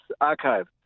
archive